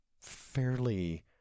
fairly